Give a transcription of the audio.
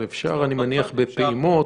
אבל אני מניח שאפשר בפעימות,